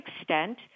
extent